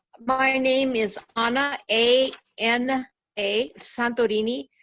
my name is ana, a n a, santorini,